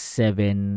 seven